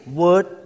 word